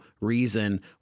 reason